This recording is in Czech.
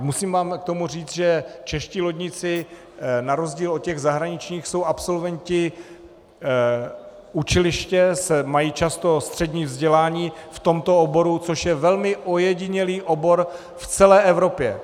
Musím vám k tomu říct, že čeští lodníci na rozdíl od těch zahraničních jsou absolventi učiliště, mají často střední vzdělání v tomto oboru, což je velmi ojedinělý obor v celé Evropě.